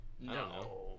No